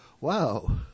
wow